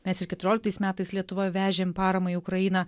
mes ir keturioliktais metais lietuvoj vežėm paramą į ukrainą